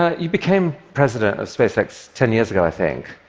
ah you became president of spacex ten years ago, i think.